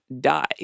die